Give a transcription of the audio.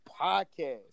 Podcast